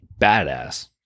badass